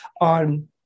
on